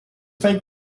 five